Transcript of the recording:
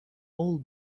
old